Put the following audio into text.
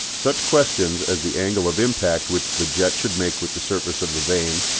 such questions as the angle of impact which the jet should make with the surface of the vane,